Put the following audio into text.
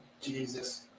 Jesus